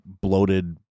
bloated